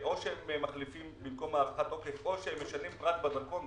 או שהם מחליפים במקום הארכת תוקף או שהם משנים פרט בדרכון,